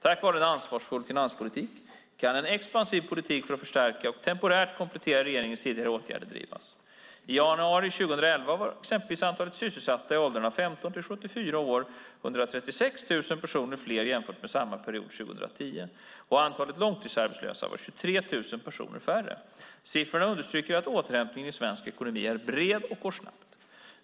Tack vare en ansvarsfull finanspolitik kan en expansiv politik för att förstärka och temporärt komplettera regeringens tidigare åtgärder drivas. I januari 2011 var exempelvis antalet sysselsatta i åldrarna 15-74 år 136 000 personer fler jämfört med samma period 2010, och antalet långtidsarbetslösa var 23 000 personer färre. Siffrorna understryker att återhämtningen i den svenska ekonomin är bred och går snabbt.